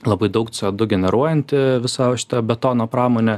labai daug co du generuojanti visa šita betono pramonė